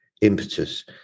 impetus